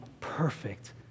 perfect